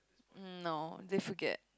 um no they should get